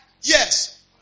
Yes